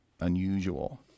unusual